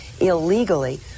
illegally